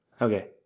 okay